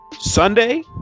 Sunday